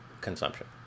consumption